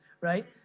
right